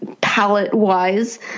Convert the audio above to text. palette-wise